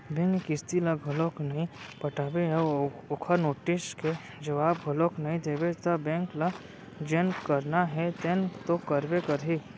bank के किस्ती ल घलोक नइ पटाबे अउ ओखर नोटिस के जवाब घलोक नइ देबे त बेंक ल जेन करना हे तेन तो करबे करही